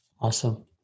Awesome